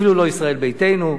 אפילו לא ישראל ביתנו.